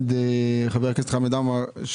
חבר הכנסת חמד עמאר,